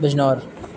Bijnor